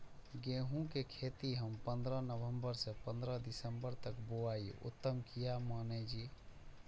गेहूं के खेती हम पंद्रह नवम्बर से पंद्रह दिसम्बर तक बुआई उत्तम किया माने जी?